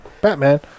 Batman